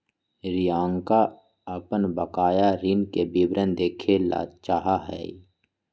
रियंका अपन बकाया ऋण के विवरण देखे ला चाहा हई